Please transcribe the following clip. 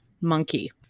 monkey